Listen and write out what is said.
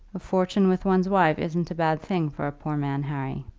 a fortune with one's wife isn't a bad thing for a poor man, harry.